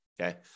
okay